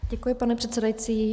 Děkuji, pane předsedající.